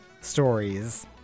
stories